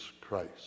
Christ